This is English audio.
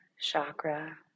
chakra